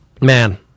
man